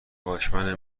واکمن